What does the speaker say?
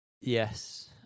Yes